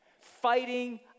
Fighting